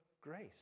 grace